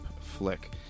flick